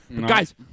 Guys